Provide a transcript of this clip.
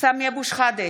סמי אבו שחאדה,